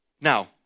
Now